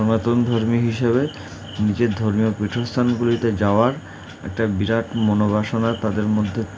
সনাতন ধর্মী হিসেবে নিজের ধর্মীয় পীঠস্থানগুলিতে যাওয়ার একটা বিরাট মনোবাসনা তাদের মধ্যে